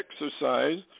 exercise